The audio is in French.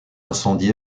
incendié